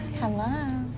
hello.